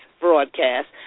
broadcast